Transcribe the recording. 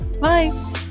bye